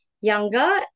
younger